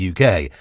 UK